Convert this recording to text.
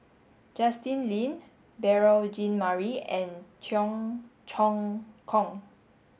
Justin Lean Beurel Jean Marie and Cheong Choong Kong